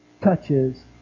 touches